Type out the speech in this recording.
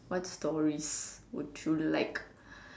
what stories would you like